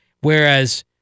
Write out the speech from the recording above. Whereas